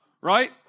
right